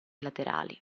laterali